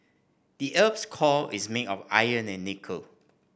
the earth's core is made of iron and nickel